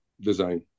design